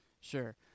Sure